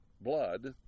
blood